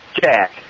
Jack